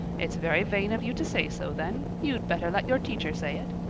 it's very vain of you to say so then. you'd better let your teacher say it.